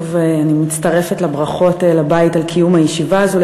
שוב אני מצטרפת לברכות לבית על קיום הישיבה הזו,